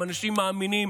הם אנשים מאמינים,